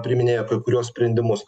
priiminėja kai kuriuos sprendimus